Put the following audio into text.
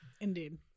Indeed